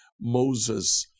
Moses